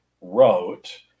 wrote